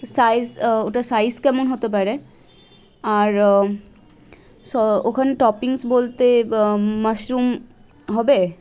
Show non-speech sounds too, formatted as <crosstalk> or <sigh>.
size ওটার size কেমন হতে পারে আর <unintelligible> ওখানে টপিংস বলতে মাশরুম হবে